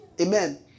Amen